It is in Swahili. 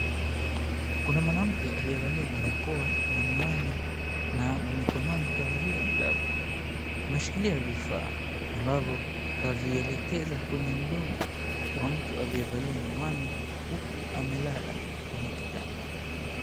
Kuna mwanamke aliyevalia barakoa, na miwani na mikononi kavalia glovu. Ameshikilia vifaa ambavyo kavielekeza kwenye mdomo wa mtu aliyevalia miwani huku amelala kwenye kitanda.